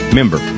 Member